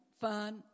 fun